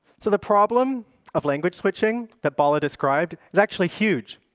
so the problem of language switching that balla described is actually huge,